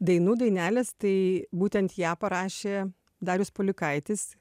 dainų dainelės tai būtent ją parašė darius pauliukaitis